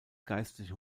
geistliche